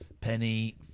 Penny